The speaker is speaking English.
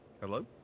Hello